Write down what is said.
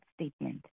statement